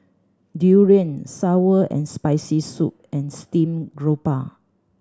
durian sour and Spicy Soup and steamed grouper